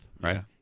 right